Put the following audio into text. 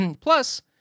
Plus